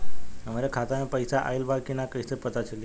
हमरे खाता में पैसा ऑइल बा कि ना कैसे पता चली?